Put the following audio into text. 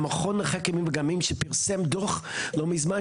המכון לחקר ימים ואגמים שפרסם דו"ח לא מזמן,